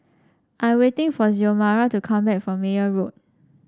I'm waiting for Xiomara to come back from Meyer Road